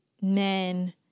men